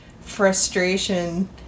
frustration-